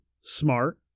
smart